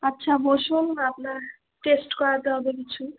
আচ্ছা বসুন আপনার টেস্ট করাতে হবে কিছু